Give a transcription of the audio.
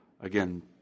again